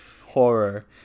Horror